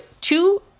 two